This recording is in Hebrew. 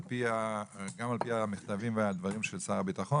גם על פי המכתבים והדברים של שר הביטחון